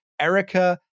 Erica